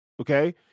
Okay